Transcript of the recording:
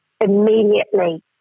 immediately